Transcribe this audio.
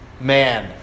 man